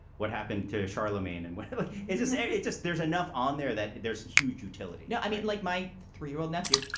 what happened to charlamagne and what like is this area just there's enough on there that there's huge utility now, like my three year old nephew,